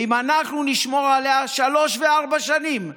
ואם אנחנו נשמור עליה שלוש וארבע שנים,